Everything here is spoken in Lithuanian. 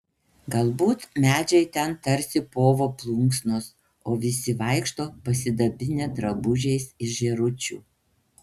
galbūt medžiai ten tarsi povo plunksnos o visi vaikšto pasidabinę drabužiais iš žėručių